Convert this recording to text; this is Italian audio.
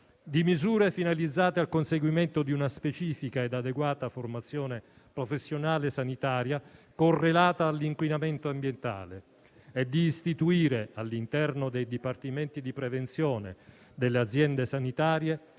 di misure finalizzate al conseguimento di una specifica ed adeguata formazione professionale sanitaria correlata all'inquinamento ambientale e di istituire all'interno dei dipartimenti di prevenzione delle aziende sanitarie,